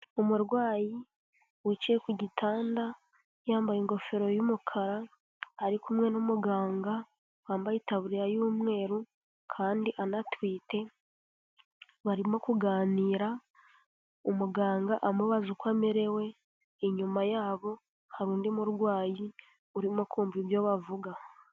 Umurwayi wicaye ku gitanda yambaye ingofero y'umukara ari kumwe n'umuganga wambaye itaburiya y'umweru kandi anatwite barimo kuganira umuganga amubaza uko amerewe inyuma yabo hari undi murwayi urimo kumva ibyo bavuga.